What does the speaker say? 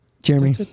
Jeremy